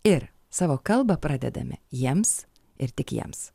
ir savo kalbą pradedame jiems ir tik jiems